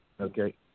Okay